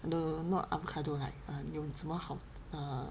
no not avocado like 有什么好 err